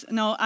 no